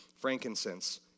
frankincense